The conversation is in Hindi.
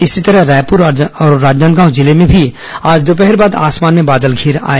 इसी तरह रायपुर और राजनांदगांव जिले में भी आज दोपहर बाद आसमान में बादल धिर आए